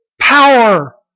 power